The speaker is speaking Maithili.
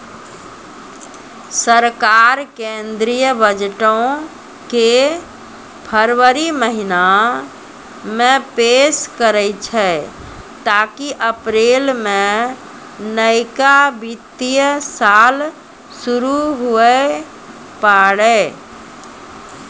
सरकार केंद्रीय बजटो के फरवरी महीना मे पेश करै छै ताकि अप्रैल मे नयका वित्तीय साल शुरू हुये पाड़ै